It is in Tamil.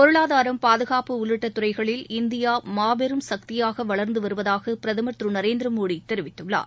பொருளாதாரம் பாதுகாப்பு உள்ளிட்ட துறைகளில் இந்தியா மாபெரும் சக்தியாக வளர்ந்து வருவதாக பிரதமர் திரு நரேந்திர மோடி தெரிவித்துள்ளார்